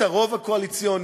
את הרוב הקואליציוני,